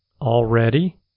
already